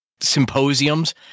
symposiums